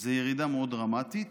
זו ירידה מאוד דרמטית,